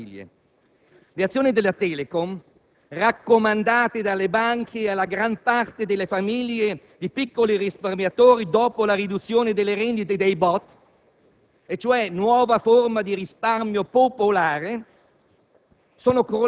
C'è un ulteriore aspetto preoccupante che interessa tantissime famiglie. Le azioni della Telecom, raccomandate dalle banche alla gran parte delle famiglie di piccoli risparmiatori dopo la riduzione delle rendite dei BOT